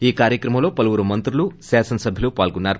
ఈ కార్యక్రమంలో పలువురు మంత్రులు శాసనసబ్వులు పాల్గున్నారు